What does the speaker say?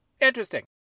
Interesting